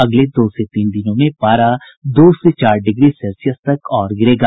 अगले दो से तीन दिनों में पारा दो से चार डिग्री सेल्सियस तक और गिरेगा